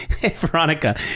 Veronica